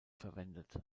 verwendet